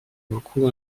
beaucoup